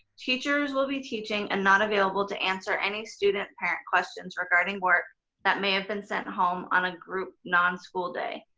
teachers will be teaching and not available to answer any student parent questions regarding work that may have been sent home on a group non-school day.